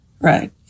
Right